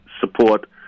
support